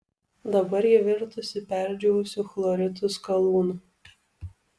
dabar ji virtusi perdžiūvusiu chloritų skalūnu